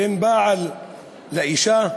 בין בעל לאישה,